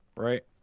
Right